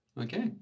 okay